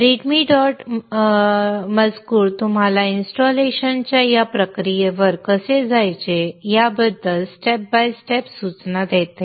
readme dot मजकूर तुम्हाला इंस्टॉलेशनच्या या प्रक्रियेच्या वर कसे जायचे याबद्दल स्टेप बाय स्टेप सूचना देतो